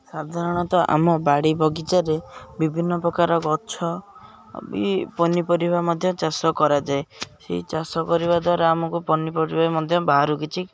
ସାଧାରଣତଃ ଆମ ବାଡ଼ି ବଗିଚାରେ ବିଭିନ୍ନପ୍ରକାର ଗଛ ବି ପନିପରିବା ମଧ୍ୟ ଚାଷ କରାଯାଏ ସେହି ଚାଷ କରିବା ଦ୍ୱାରା ଆମକୁ ପନିପରିବା ମଧ୍ୟ ବାହାରୁ କିଛି